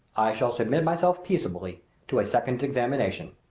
i shall submit myself peaceably to a second examination.